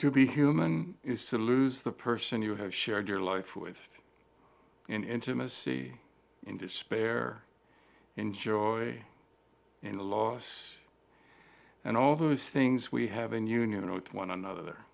to be human is to lose the person you have shared your life with intimacy in despair in joy in the loss and all those things we have in union with one another